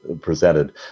presented